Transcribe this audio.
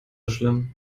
schlimm